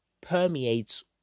permeates